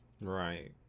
Right